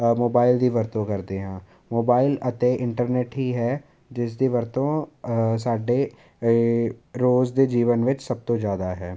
ਅ mobile ਦੀ ਵਰਤੋਂ ਕਰਦੇ ਹਾਂ ਮੋਬਾਈਲ ਅਤੇ ਇੰਟਰਨੈਟ ਹੀ ਹੈ ਜਿਸ ਦੀ ਵਰਤੋਂ ਸਾਡੇ ਰੋਜ਼ ਦੇ ਜੀਵਨ ਵਿੱਚ ਸਭ ਤੋਂ ਜ਼ਿਆਦਾ ਹੈ